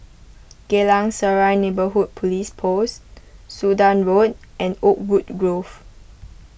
Geylang Serai Neighbourhood Police Post Sudan Road and Oakwood Grove